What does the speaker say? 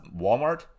Walmart